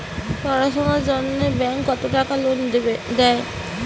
পড়াশুনার জন্যে ব্যাংক কত টাকা লোন দেয়?